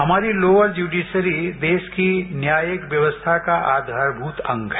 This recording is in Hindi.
हमारी लोकर प्यूडियरी देश की न्यायिक व्यवस्था का आघारमूत अंग है